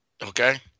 Okay